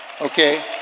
Okay